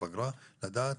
למה, לדעת